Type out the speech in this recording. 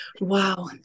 Wow